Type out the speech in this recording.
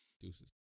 Deuces